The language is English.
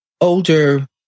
older